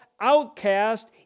outcast